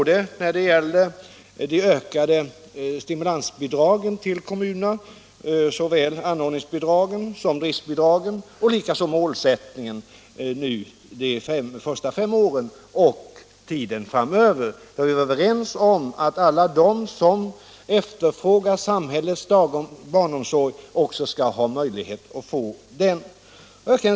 Detta gällde såväl driftsbidragen och anordningsbidragen till kommunerna som målsättningen för de första fem åren framöver. Vi var överens om målsättningen att alla som efterfrågar samhällets barnomsorg också skall ha möjlighet att få del av den.